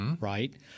right